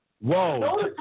Whoa